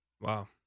wow